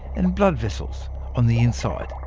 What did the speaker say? and blood vessels on the inside.